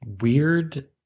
weird